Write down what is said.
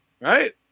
right